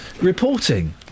reporting